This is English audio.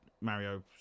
Mario